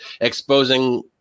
exposing